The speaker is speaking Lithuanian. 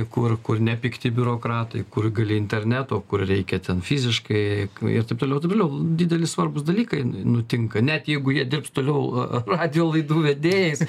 kur kur nepikti biurokratai kur gali internetu o kur reikia ten fiziškai ir taip toliau taip toliau dideli svarbūs dalykai nutinka net jeigu jie dirbs toliau radijo laidų vedėjais